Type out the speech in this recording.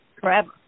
forever